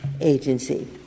Agency